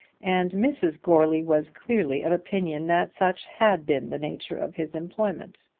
and mrs. goarly was clearly of opinion that such had been the nature of his employment.